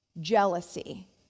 jealousy